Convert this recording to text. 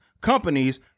companies